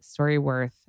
StoryWorth